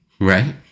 right